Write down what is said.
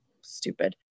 stupid